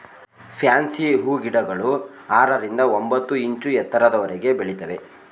fancy ಹೂಗಿಡಗಳು ಆರರಿಂದ ಒಂಬತ್ತು ಇಂಚು ಎತ್ತರದವರೆಗೆ ಬೆಳಿತವೆ